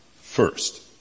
first